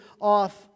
off